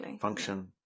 function